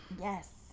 yes